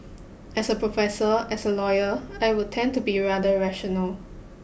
as a professor as a lawyer I would tend to be rather rational